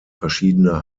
verschiedene